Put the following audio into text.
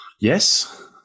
Yes